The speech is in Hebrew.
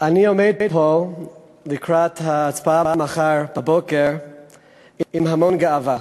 אני עומד פה לקראת ההצבעה מחר בבוקר עם המון גאווה.